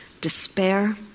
despair